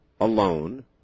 alone